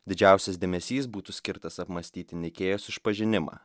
didžiausias dėmesys būtų skirtas apmąstyti nikėjos išpažinimą